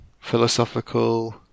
philosophical